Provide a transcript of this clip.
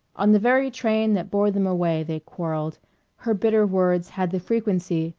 on the very train that bore them away they quarrelled her bitter words had the frequency,